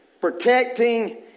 Protecting